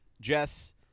Jess